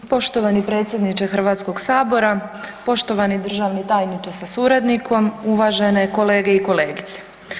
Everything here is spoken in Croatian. Poštovani predsjedniče Hrvatskog sabora, poštovani državni tajniče sa suradnikom, uvažene kolege i kolegice.